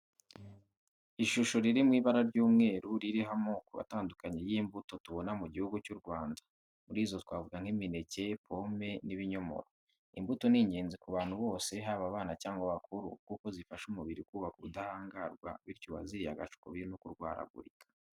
Ishusho riri mu ibara ry'umweru, ririho amoko atandukanye y'imbuto tubona mu Gihugu cy'u Rwanda. Muri zo twavuga nk'imineke, pome n'ibinyomoro. Imbuto ni ingenzi ku bantu bose haba abana cyangwa abakuru kuko zifasha umubiri kubaka ubudahangarwa bityo uwaziriye agaca ukubiri no kurwaragurika.